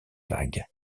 vagues